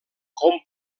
com